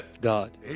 God